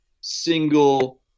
single